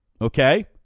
Okay